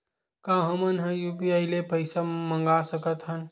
का हमन ह यू.पी.आई ले पईसा मंगा सकत हन?